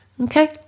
Okay